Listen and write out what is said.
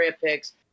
picks